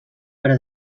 però